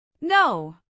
No